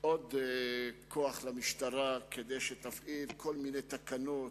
עוד כוח למשטרה כדי שתפעיל כל מיני תקנות,